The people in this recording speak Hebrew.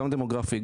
גם דמוקרטי,